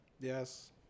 Yes